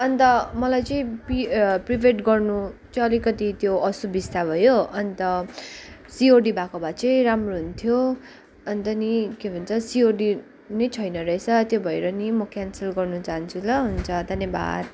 अन्त मलाई चाहिँ प्रि प्रिपेड गर्नु चाहिँ अलिकति त्यो असुविस्ता भयो अन्त सिओडी भएको भए चाहिँ राम्रो हुन्थ्यो अन्त नि के भन्छ सिओडी नै छैन रहेछ त्यो भएर नि म क्यान्सल गर्न चाहन्छु ल हुन्छ धन्यवाद